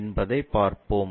என்பதைப் பார்ப்போம்